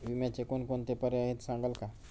विम्याचे कोणकोणते पर्याय आहेत सांगाल का?